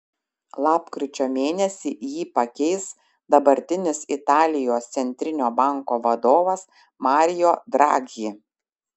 lapkričio mėnesį jį pakeis dabartinis italijos centrinio banko vadovas mario draghi